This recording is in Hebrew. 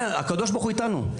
הקדוש ברוך הוא איתנו.